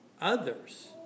others